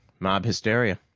mob hysteria.